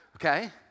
Okay